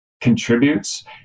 contributes